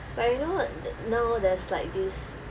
but you know now there's like this